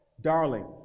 darling